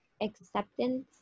Acceptance